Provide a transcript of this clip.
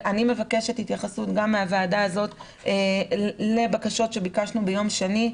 אני מבקשת התייחסות גם מהוועדה הזאת לבקשות שביקשנו ביום שני,